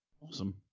Awesome